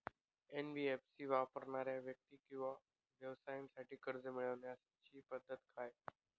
NBFC वापरणाऱ्या व्यक्ती किंवा व्यवसायांसाठी कर्ज मिळविण्याची पद्धत काय आहे?